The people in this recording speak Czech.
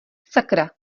sakra